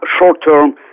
short-term